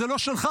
זה לא שלך,